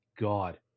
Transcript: God